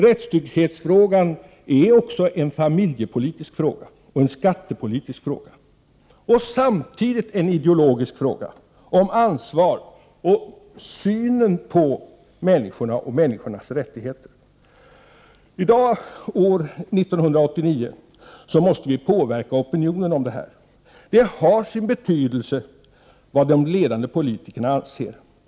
Rättstrygghetsfrågan är också en familjepolitisk och skattepolitisk fråga samtidigt som den är en ideologisk fråga om ansvar och synen på människan och människans rättigheter. I dag, år 1989, måste vi påverka opinionen. Det har sin betydelse vad de ledande politikerna anser.